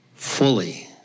Fully